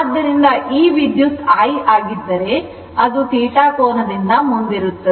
ಆದ್ದರಿಂದ ಈ ವಿದ್ಯುತ್ I ಆಗಿದ್ದರೆ ಅದು θ ಕೋನದಿಂದ ಮುಂದಿರುತ್ತದೆ